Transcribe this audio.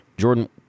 Jordan